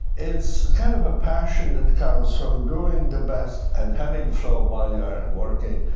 it's kind of a passion that comes from doing the best and having flow while you're working.